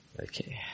Okay